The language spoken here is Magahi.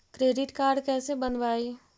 क्रेडिट कार्ड कैसे बनवाई?